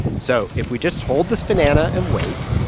so if we just hold this banana and wait.